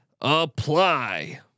apply